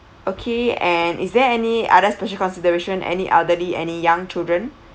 okay and is there any other special consideration any elderly any young children